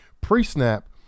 pre-snap